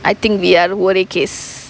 I think we are ஒரே:orae case